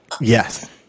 Yes